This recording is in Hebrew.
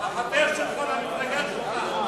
החבר שלך מהמפלגה שלך?